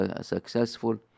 successful